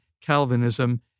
Calvinism